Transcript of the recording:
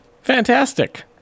fantastic